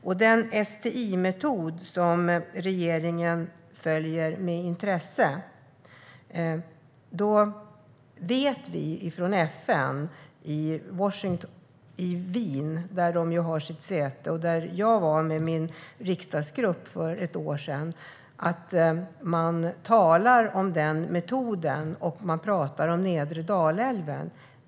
Vi fick tidigare höra att regeringen följer STI-metoden med intresse. Vi vet att man vid FN:s kontor i Wien, där jag var med min riksdagsgrupp för ett år sedan, talar om den metoden och att man talar om nedre Dalälven.